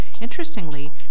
Interestingly